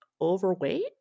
overweight